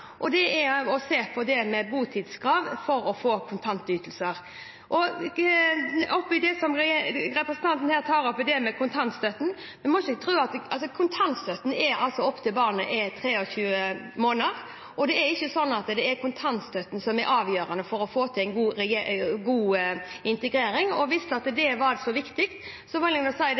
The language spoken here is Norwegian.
og det er å se på det med botidskrav for å få kontantytelser. Når det gjelder det som representanten her tar opp, nemlig kontantstøtten, så varer den opp til barnet er 23 måneder, og det er ikke sånn at det er kontantstøtten som er avgjørende for å få til en god integrering. Hvis det var så viktig, burde jo den forrige regjeringen ha gjort noe med kontantstøtten i de åtte årene som de regjerte. Det